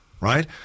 right